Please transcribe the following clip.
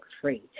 free